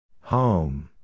Home